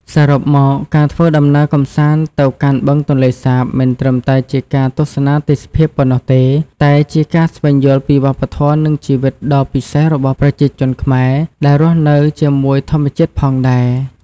សរុបមក ការធ្វើដំណើរកម្សាន្តទៅកាន់បឹងទន្លេសាប មិនត្រឹមតែជាការទស្សនាទេសភាពប៉ុណ្ណោះទេ តែជាការស្វែងយល់ពីវប្បធម៌ និងជីវិតដ៏ពិសេសរបស់ប្រជាជនខ្មែរដែលរស់នៅជាមួយធម្មជាតិផងដែរ។